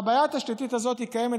והבעיה התשתיתית הזאת קיימת,